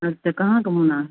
अरे तो कहाँ घूमना है